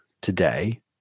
today